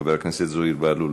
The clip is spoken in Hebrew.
חבר הכנסת זוהיר בהלול,